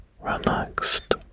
relaxed